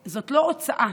זו לא הוצאה.